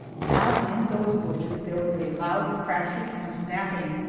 down in those bushes there was a loud crashing and snapping,